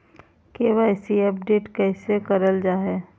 KYC update कैसे करल जाहै?